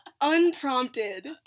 unprompted